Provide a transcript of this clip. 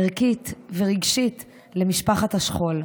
ערכית ורגשית למשפחת השכול,